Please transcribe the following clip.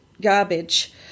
garbage